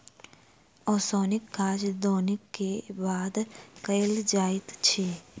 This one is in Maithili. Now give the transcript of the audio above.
ओसौनीक काज दौनीक बाद कयल जाइत अछि